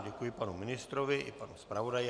Děkuji panu ministrovi i panu zpravodaji.